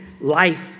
Life